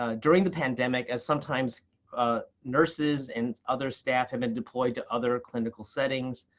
ah during the pandemic, as sometimes ah nurses and other staff have been deployed to other clinical settings.